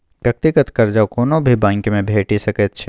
व्यक्तिगत कर्जा कोनो भी बैंकमे भेटि सकैत छै